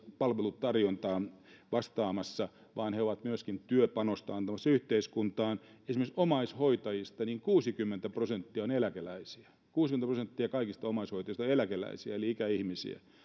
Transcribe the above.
palvelutarjontaan vastaamassa vaan he ovat myöskin työpanosta antamassa yhteiskuntaan esimerkiksi omaishoitajista kuusikymmentä prosenttia on eläkeläisiä kuusikymmentä prosenttia kaikista omaishoitajista on eläkeläisiä eli ikäihmisiä